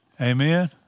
Amen